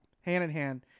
hand-in-hand